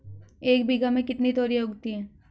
एक बीघा में कितनी तोरियां उगती हैं?